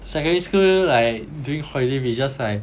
secondary school like during holiday we just like